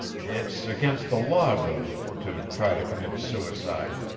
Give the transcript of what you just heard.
it's against the law to to try to commit suicide.